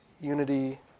unity